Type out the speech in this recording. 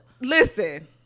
Listen